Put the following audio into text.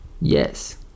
Yes